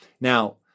Now